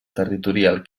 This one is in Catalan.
territorial